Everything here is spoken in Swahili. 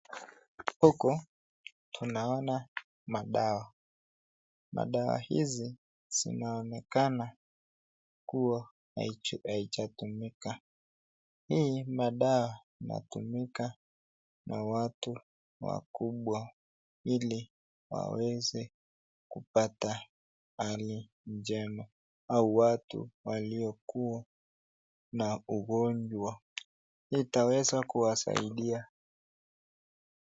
Huku tunaona madawa. Madawa hizi zinaonekana kuwa haijatumika. Hii madawa inatumika na watu wakubwa ili waweze kupata hali njema au watu waliokuwa na ugonjwa. Hii itaweza kuwasaidia.